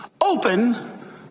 open